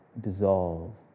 dissolve